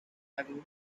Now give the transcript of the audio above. value